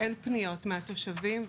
אין פניות מהתושבים,